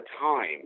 time